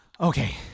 Okay